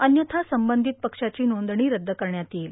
अन्यथा संबंधित पक्षाची नोंदणी रद्द करण्यात येईल